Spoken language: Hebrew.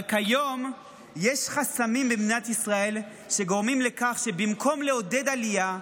אבל כיום יש חסמים במדינת ישראל שגורמים לכך שבמקום לעודד עלייה,